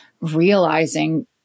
realizing